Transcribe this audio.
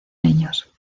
niños